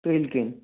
تٔلۍ کِنۍ